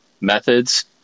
methods